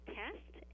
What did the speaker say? test